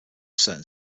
certain